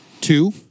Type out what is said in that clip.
two